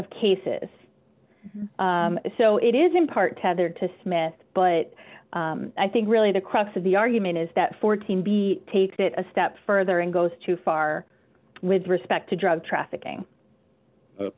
of cases so it is in part tethered to smith but i think really the crux of the argument is that fourteen b takes it a step further and goes too far with respect to drug trafficking u